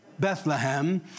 Bethlehem